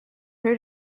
her